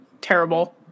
terrible